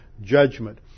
judgment